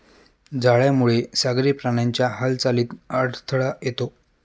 जाळ्यामुळे सागरी प्राण्यांच्या हालचालीत अडथळा येतो